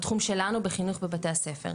בתחום שלנו בחינוך בבתי הספר.